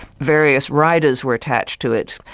various riders were attached to it,